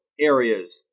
areas